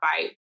fight